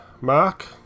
Mark